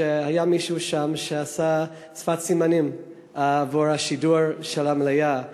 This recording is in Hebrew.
שמישהו שם תרגם לשפת סימנים את השידור מהמליאה.